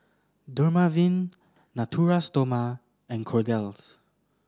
Dermaveen Natura Stoma and Kordel's